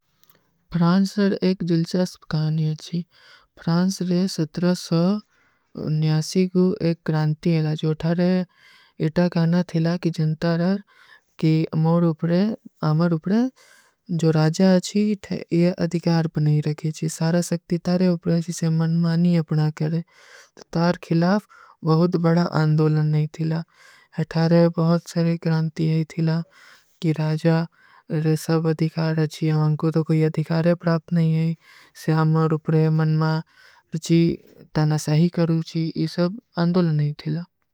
ଫ୍ରାଂସ ରେ ଏକ ଜିଲ୍ଚାସ କହାନୀ ହୈ ଚୀ, ଫ୍ରାଂସ ରେ କୋ ଏକ କ୍ରାଂଟୀ ହୈଲା, ଜୋ ଥାରେ ଏଟା କହାନା ଥିଲା କୀ ଜନତା ରହା, କୀ ଅମର ଉପରେ, ଜୋ ରାଜା ହୈ ଚୀ, ଯେ ଅଦିକାର ପନେ ହୀ ରଖେ ଚୀ, ସାରା ସକ୍ତିତାରେ ଉପରେ, ଜିସେ ମନମାନୀ ଅପନା କରେ, ତାର ଖିଲାଫ ବହୁତ ବଡା ଆଂଧ ଲନ ନହୀଂ ଥିଲା, ଏଟାରେ ବହୁତ ସରେ କ୍ରାଂଟୀ ହୈ ଥିଲା, କୀ ରାଜା ରେ ସବ ଅଦିକାର ହୈ ଚୀ, ହମାଂ କୋ ତୋ କୋଈ ଅଦିକାର ପ୍ରାପ୍ଟ ନହୀଂ ହୈ, ସେ ଅମର ଉପରେ ମନମା ରଚୀ, ତାନା ସହୀ କରୂଚୀ, ଯେ ସବ ଆଂଧ ଲନ ନହୀଂ ଥିଲା।